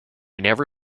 never